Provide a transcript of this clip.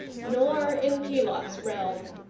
nor in pelops' realm.